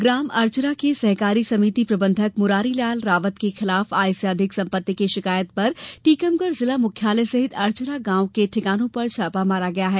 ग्राम अचर्रा के सहकारी समिति प्रबंधक मुरारीलाल रावत के खिलाफ आय से अधिक संपत्ति की शिकायत पर टीकमगढ़ जिला मुख्यालय सहित अचर्रा गांव के ठिकानों पर छापा मारा गया है